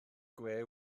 gwe